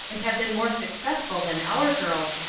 and have been more successful than our girls,